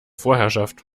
vorherrschaft